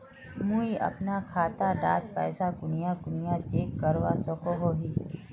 मुई अपना खाता डात पैसा कुनियाँ कुनियाँ चेक करवा सकोहो ही?